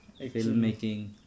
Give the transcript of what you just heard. filmmaking